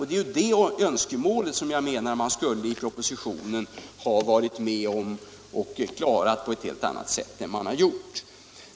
Det är de önskemålen som jag menar att man borde ha tillgodosett i propositionen på ett helt annat sätt än man har gjort.